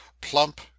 plump